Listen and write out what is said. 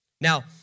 Now